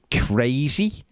crazy